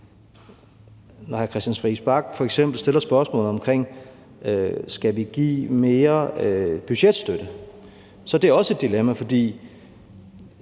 hr. Christian Friis Bach f.eks. stiller spørgsmålet, om vi skal give mere budgetstøtte, er det også et dilemma, for